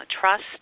trust